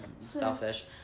selfish